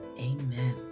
Amen